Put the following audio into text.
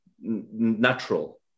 natural